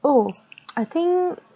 oh I think